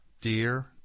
Dear